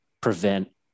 prevent